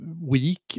week